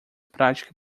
prática